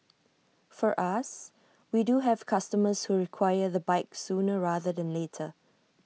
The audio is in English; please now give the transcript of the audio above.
for us we do have customers who require the bike sooner rather than later